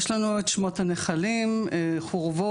יש לנו את שמות הנחלים, חורבות,